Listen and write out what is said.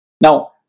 Now